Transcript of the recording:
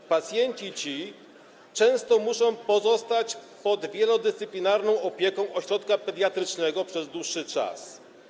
Ci pacjenci często muszą pozostać pod wielodyscyplinarną opieką ośrodka pediatrycznego przez dłuższy czas.